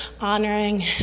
honoring